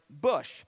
bush